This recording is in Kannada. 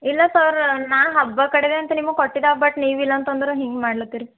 ಇಲ್ಲಾ ಸರ್ ನಾ ಹಬ್ಬ ಕಡೆದ ಅಂತ ನಿಮ್ಗ್ ಕೊಟ್ಟಿದಾ ಬಟ್ ನೀವಿಲ್ಲ ಅಂತಂದ್ರೆ ಹಿಂಗೆ ಮಾಡ್ಲಾತ್ತಿರಿ